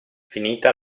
finita